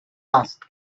asked